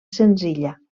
senzilla